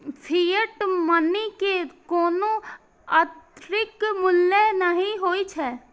fiat money के कोनो आंतरिक मूल्य नै होइ छै